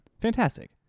fantastic